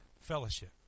fellowship